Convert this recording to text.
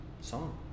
song